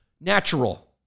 Natural